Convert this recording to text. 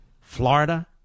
Florida